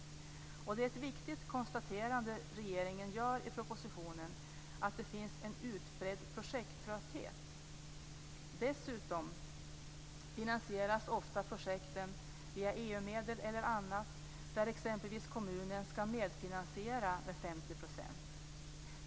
Det är ett viktigt konstaterande regeringen gör i propositionen när den framhåller att det finns en utbredd projekttrötthet. Dessutom finansieras ofta projekten via EU-medel eller på andra vägar genom medfinansiering från exempelvis kommunen med 50 %.